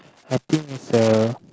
I think is the